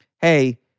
Hey